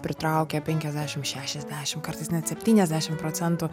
pritraukia penkiasdešim šešiasdešim kartais net septyniasdešim procentų